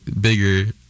bigger